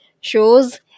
shows